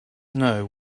know